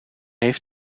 heeft